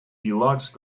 deluxe